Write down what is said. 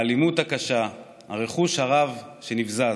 האלימות הקשה, הרכוש הרב שנבזז.